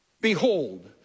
behold